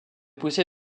poussé